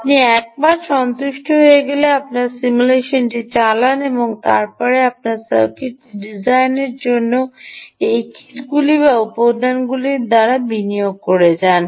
আপনি একবার সন্তুষ্ট হয়ে গেলে আপনার সিমুলেশনটি চালান এবং তারপরে আপনার সার্কিটটি ডিজাইনের জন্য এই কিটগুলি বা উপাদানগুলির দ্বারা বিনিয়োগ করতে যান